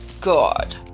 God